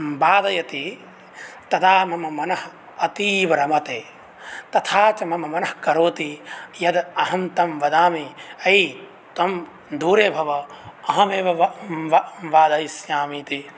वादयति तदा मम मनः अतीव रमते तथा च मम मनः करोति यद् अहं तं वदामि अयि त्वं दूरे भव अहमेव वादयिष्यामि इति